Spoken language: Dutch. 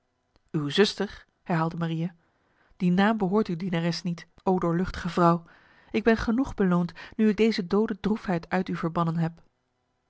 uw zuster herhaalde maria die naam behoort uw dienares niet o doorluchtige vrouw ik ben genoeg beloond nu ik deze dode droefheid uit u verbannen heb